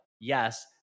Yes